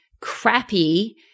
crappy